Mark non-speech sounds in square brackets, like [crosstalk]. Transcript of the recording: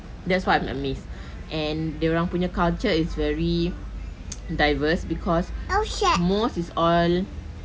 that's what I'm amazed and dorang punya culture is very [noise] diverse because most is all